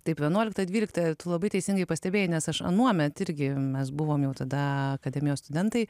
taip vienuoliktą dvyliktą ir tu labai teisingai pastebėjai nes aš anuomet irgi mes buvome jau tada akademijos studentai